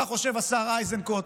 מה חושב השר איזנקוט,